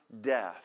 death